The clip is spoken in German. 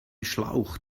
schlauch